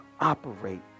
operate